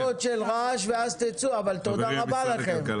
שתי דקות של רעש ואז תצאו, אבל תודה רבה לכם.